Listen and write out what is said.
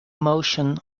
motion